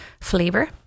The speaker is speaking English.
flavor